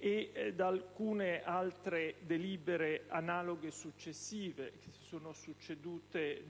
e da alcune altre delibere analoghe, che si sono succedute